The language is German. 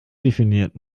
definiert